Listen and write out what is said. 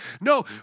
No